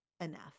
enough